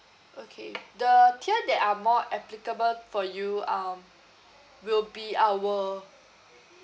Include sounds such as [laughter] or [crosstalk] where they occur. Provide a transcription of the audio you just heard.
okay [noise] the tier that are more applicable for you um will be our